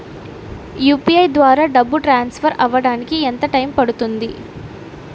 UPI ద్వారా డబ్బు transfer అవ్వడానికి ఎంత టైం పడుతుంది?